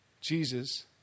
Jesus